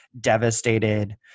devastated